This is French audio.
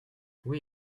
oui